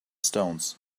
stones